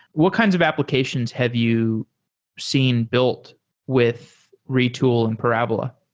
what kinds of applications have you seen built with retool and parabola?